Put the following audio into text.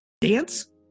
dance